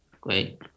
great